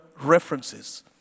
references